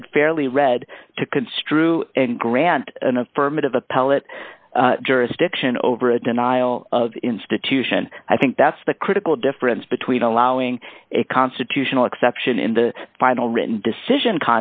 read fairly read to construe and grant an affirmative appellate jurisdiction over a denial of institution i think that's the critical difference between allowing a constitutional exception in the final written decision